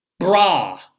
Bra